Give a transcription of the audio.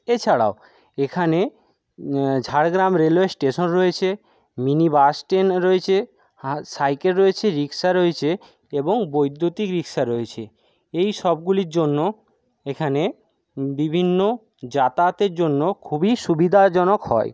এছাড়াও এখানে Jhargram railway station রয়েছে মিনি বাসস্ট্যন্ড রয়েছে সাইকেল রয়েছে রিক্সা রয়েছে এবং বৈদ্যুতিক রিক্সা রয়েছে এইসবগুলির জন্য এখানে বিভিন্ন যাতায়াতের জন্য খুবই সুবিধাজনক হয়